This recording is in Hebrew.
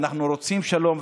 ואנחנו רוצים שלום,